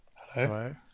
Hello